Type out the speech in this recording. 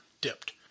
dipped